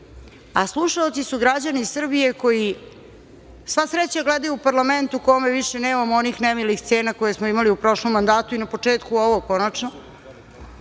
a slušaoci su građani Srbije koji, sva sreća, gledaju u parlament u kome više nemamo onih nemilih scena koje smo imali u prošlom mandatu i na početku ovog,